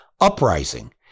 uprising